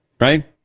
Right